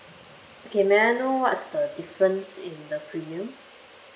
okay may I know what's the difference in the premium